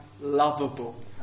lovable